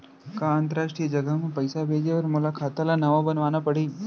का अंतरराष्ट्रीय जगह म पइसा भेजे बर मोला खाता ल नवा बनवाना पड़ही?